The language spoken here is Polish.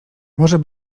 może